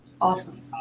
Awesome